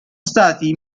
stati